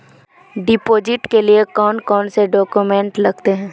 Deposit के लिए कौन कौन से डॉक्यूमेंट लगते?